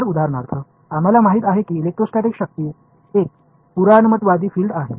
तर उदाहरणार्थ आम्हाला माहित आहे की इलेक्ट्रोस्टॅटिक शक्ती एक पुराणमतवादी फिल्ड आहे